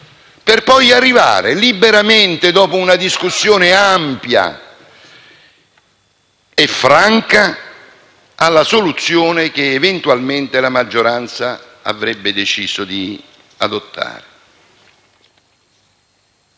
per poi arrivare liberamente, dopo una discussione ampia e franca, alla soluzione che, eventualmente, la maggioranza avrebbe deciso di adottare.